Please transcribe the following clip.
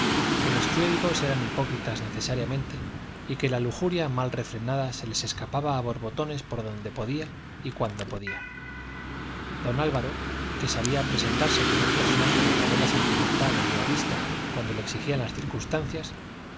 que los clérigos eran hipócritas necesariamente y que la lujuria mal refrenada se les escapaba a borbotones por donde podía y cuando podía don álvaro que sabía presentarse como un personaje de novela sentimental e idealista cuando lo exigían las circunstancias